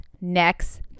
next